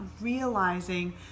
realizing